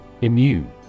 Immune